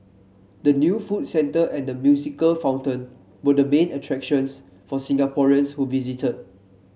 the new food centre and the musical fountain were the main attractions for Singaporeans who visited